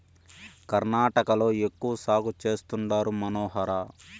కర్ణాటకలో ఎక్కువ సాగు చేస్తండారు మనోహర